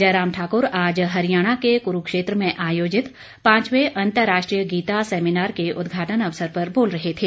जयराम ठाकुर आज हरियाणा के कुरूक्षेत्र में आयोजित पांचवें अंतर्राष्ट्रीय गीता सैमीनार के उद्घाटन अवसर पर बोल रहे थे